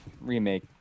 remake